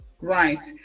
Right